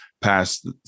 passed